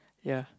ya